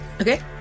Okay